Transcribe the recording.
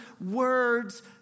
Words